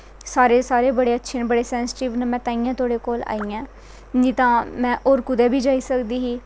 सारें दे सारे बड़े सैंसटिव न बड़े अच्छे न में तां गैं तोआड़े कोल आई ऐं नेंई तां में होर कुदै बी जाई सकदी ही